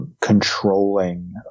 controlling